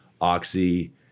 Oxy